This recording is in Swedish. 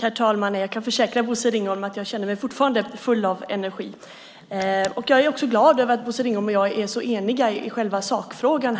Herr talman! Jag kan försäkra Bosse Ringholm om att jag fortfarande känner mig full av energi, och jag är glad över att Bosse Ringholm och jag är så eniga i själva sakfrågan.